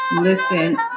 listen